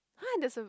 !huh! there's a